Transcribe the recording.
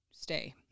stay